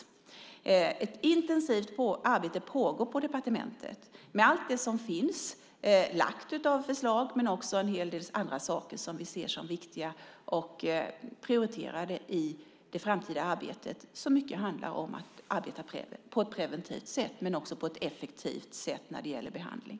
Det pågår ett intensivt arbete på departementet med alla de förslag som lagts fram och också med en hel del andra saker som vi ser som viktiga och prioriterade i det framtida arbetet. Det handlar mycket om att arbeta på ett preventivt sätt och även på ett effektivt sätt när det gäller behandling.